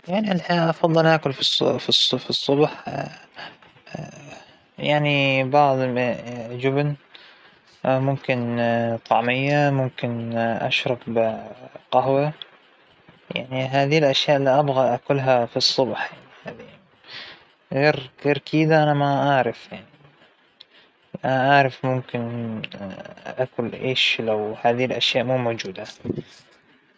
أفضل انه يكون فطورى بسيط، ااا- شى كرواسو، أو فطيرة صغيرة مع فنجان القهوة تبعى، فى الصباح الباكر فى هدوء، وا- لكن ما أحب، ما أفضل كمان أنه أول الصباح، أنه أكل شى ثقيل على المعدة أو هكذا، لأنه بيأثر على لباقى اليوم.